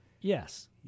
Yes